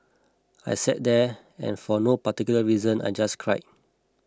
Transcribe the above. I sat there and for no particular reason I just cried